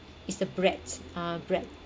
it's the breads ah bread